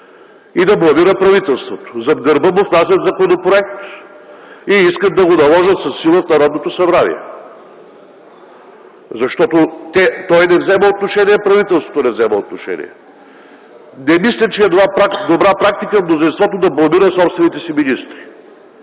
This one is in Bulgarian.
Игнатов и правителството – зад гърба им внасят законопроект и искат да го наложат със сила в Народното събрание, защото министърът и правителството не вземат отношение. Не мисля, че е добра практика мнозинството да бламира собствените си министри.